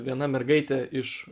viena mergaitė iš